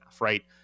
right